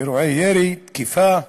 אירועי ירי, תקיפה,